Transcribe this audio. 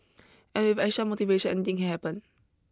and with extra motivation anything can happen